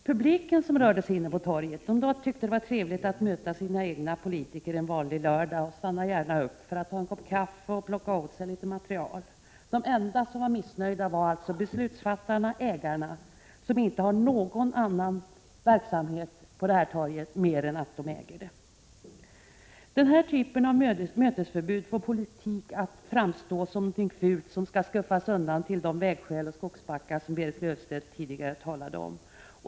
Publiken som rörde sig inne på torget tyckte att det var trevligt att möta sina egna politiker en vanlig lördag, och de stannade gärna för att ta en kopp kaffe och plocka åt sig litet material. De enda som var missnöjda var beslutsfattarna, ägarna, som inte har någon annan verksamhet på torget; de äger bara torget. Den här typen av mötesförbud får politik att framstå som något fult som skall skuffas undan till de vägskäl och skogsbackar som Berit Löfstedt tidigare talade om.